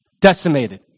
decimated